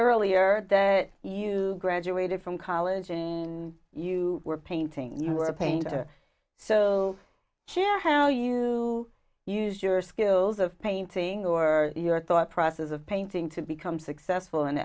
earlier that you graduated from college and you were painting you were a painter so share how you use your skills of painting or your thought process of painting to become successful in the